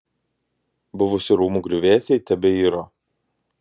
buvusių rūmų griuvėsiai tebeiro